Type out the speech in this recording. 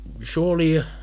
surely